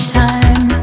time